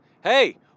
Hey